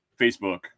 Facebook